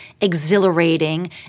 exhilarating